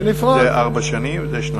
זה ארבע שנים וזה שנתיים.